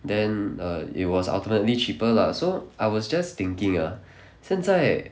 then err it was ultimately cheaper lah so I was just thinking ah 现在